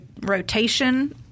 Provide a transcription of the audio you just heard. rotation